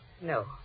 No